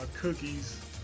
cookies